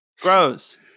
gross